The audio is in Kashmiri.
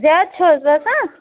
زیادٕ چھُ حظ باسان